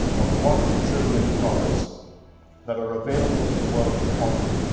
of one trillion dollars that are available to the world economy.